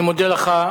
אני מודה לך.